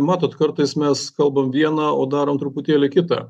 matot kartais mes kalbam viena o darom truputėlį kita